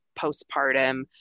postpartum